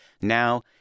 now